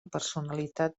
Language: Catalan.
personalitat